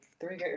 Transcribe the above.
three